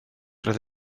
roedd